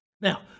Now